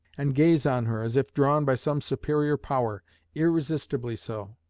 and gaze on her as if drawn by some superior power irresistibly so.